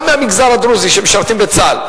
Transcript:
גם מהמגזר הדרוזי שמשרתים בצה"ל,